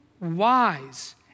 wise